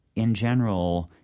in general,